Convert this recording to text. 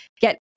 Get